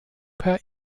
per